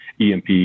EMP